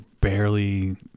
barely